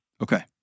Okay